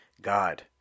God